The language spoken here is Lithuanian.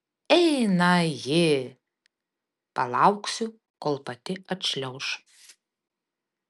eina ji palauksiu kol pati atšliauš